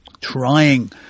trying